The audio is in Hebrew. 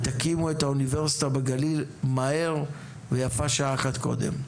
ותקימו את האוניברסיטה בגליל ויפה שעה אחת קודם.